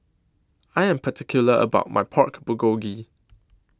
I Am particular about My Pork Bulgogi